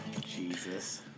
Jesus